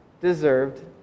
deserved